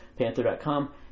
panther.com